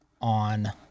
on